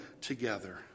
together